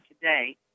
today